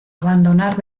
abandonar